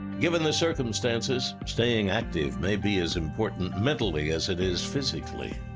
given the circumstances, staying active may be as important mentally as it is physically.